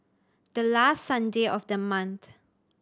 the last Sunday of the month